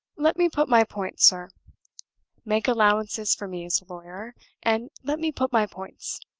let me put my points, sir make allowances for me as a lawyer and let me put my points.